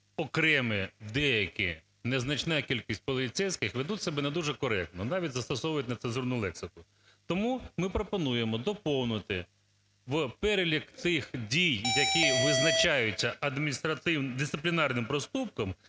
окремі деякі, незначна кількість поліцейських ведуть себе не дуже коректно, навіть застосовують нецензурну лексику. Тому ми пропонуємо доповнити в перелік цих дій, які визначаються адміністративним… дисциплінарним проступком,